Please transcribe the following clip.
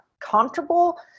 comfortable